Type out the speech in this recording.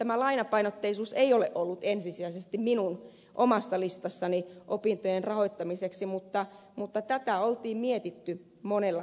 tämä lainapainotteisuuskaan ei ole ollut ensisijaisesti minun omassa listassani opintojen rahoittamiseksi mutta tätä oli mietitty monella taholla